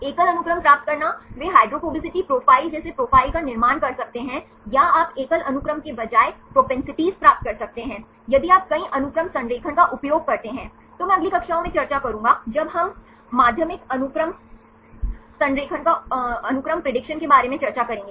एकल अनुक्रम प्राप्त करना वे हाइड्रोफोबिसिटी प्रोफाइल जैसे प्रोफाइल का निर्माण कर सकते हैं या आप एकल अनुक्रम के बजाय प्रोपेंसिटी प्राप्त कर सकते हैं यदि आप कई अनुक्रम संरेखण का उपयोग करते हैं तो मैं अगली कक्षाओं में चर्चा करूंगा जब हम माध्यमिक अनुक्रम प्रेडिक्शन के बारे में चर्चा करेंगे